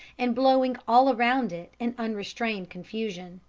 and blowing all around it in unrestrained confusion.